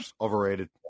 overrated